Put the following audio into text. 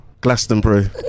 Glastonbury